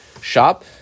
shop